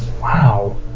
Wow